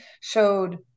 showed